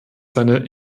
seine